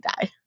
die